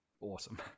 awesome